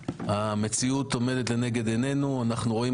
המציאות עומדת לנגד עינינו, אנחנו רואים